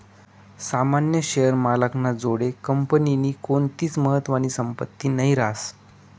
सामान्य शेअर मालक ना जोडे कंपनीनी कोणतीच महत्वानी संपत्ती नही रास